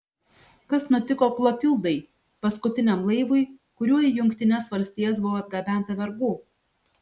kas nutiko klotildai paskutiniam laivui kuriuo į jungtines valstijas buvo atgabenta vergų